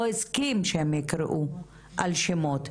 לא הסכים שהם יקראו על שמות.